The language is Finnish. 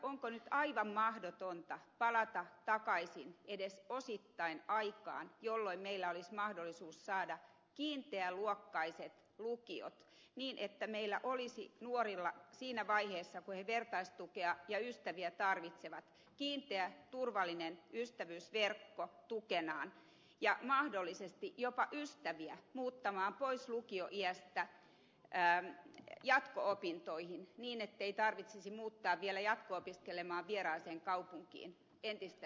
onko nyt aivan mahdotonta palata takaisin edes osittain aikaan jolloin meillä olisi mahdollisuus saada kiinteäluokkaiset lukiot niin että meillä olisi nuorilla siinä vaiheessa kun he vertaistukea ja ystäviä tarvitsevat kiinteä turvallinen ystävyysverkko tukenaan ja mahdollisesti jopa ystäviä muuttamaan pois lukioiästä jatko opintoihin niin ettei tarvitsisi muuttaa vielä jatko opiskelemaan vieraaseen kaupunkiin entistä yksinäisempänä